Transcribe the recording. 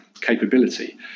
capability